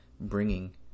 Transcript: bringing